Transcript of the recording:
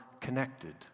connected